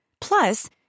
Plus